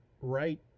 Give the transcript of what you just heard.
right